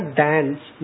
dance